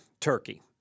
turkey